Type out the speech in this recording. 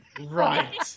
Right